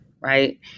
right